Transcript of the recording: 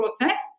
process